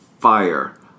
Fire